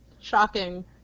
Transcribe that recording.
Shocking